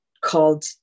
called